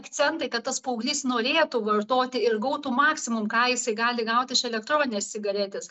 akcentai kad tas paauglys norėtų vartoti ir gautų maksimum ką jisai gali gauti iš elektroninės cigaretės